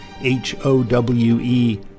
H-O-W-E